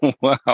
Wow